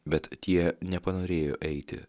bet tie nepanorėjo eiti